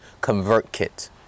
ConvertKit